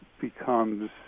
becomes